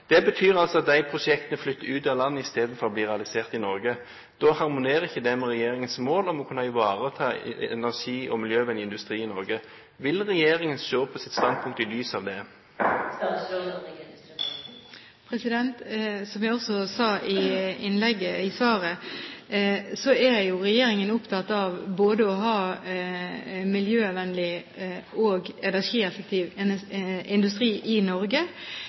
Det betyr altså at de prosjektene flytter ut av landet i stedet for å bli realisert i Norge. Det harmonerer ikke med regjeringens mål om å kunne ivareta energi- og miljøvennlig industri i Norge. Vil regjeringen se på sitt standpunkt i lys av det? Som jeg sa i svaret, er regjeringen opptatt av både å ha miljøvennlig og energieffektiv industri i Norge